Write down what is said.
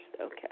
Okay